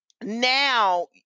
now